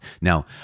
Now